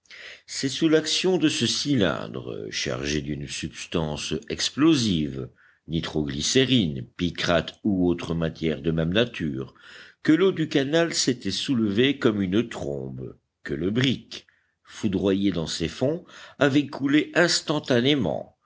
c'est sous l'action de ce cylindre chargé d'une substance explosive nitroglycérine picrate ou autre matière de même nature que l'eau du canal s'était soulevée comme une trombe que le brick foudroyé dans ses fonds avait coulé instantanément